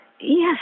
yes